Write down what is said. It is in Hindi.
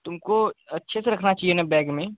तुमको अच्छे से रखना चहिए न बैग में